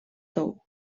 tou